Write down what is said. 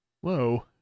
Whoa